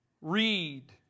read